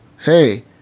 Hey